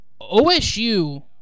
OSU